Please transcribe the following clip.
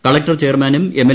collector ചെയർമാനും എംഎൽ